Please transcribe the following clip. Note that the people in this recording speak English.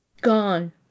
Gone